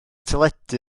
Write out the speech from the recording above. teledu